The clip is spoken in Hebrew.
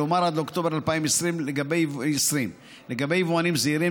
כלומר עד אוקטובר 2020. לגבי יבואנים זעירים,